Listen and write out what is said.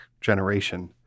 generation